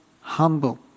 humble